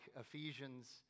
Ephesians